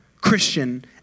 Christian